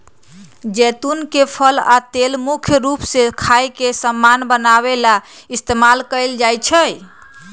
जैतुन के फल आ तेल मुख्य रूप से खाए के समान बनावे ला इस्तेमाल कएल जाई छई